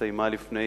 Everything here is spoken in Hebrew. שהסתיימה לפני